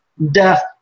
death